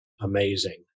amazing